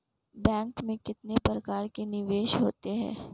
Bank में कितने प्रकार के निवेश होते हैं?